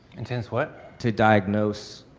intense what? to diagnose,